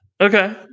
okay